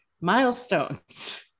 milestones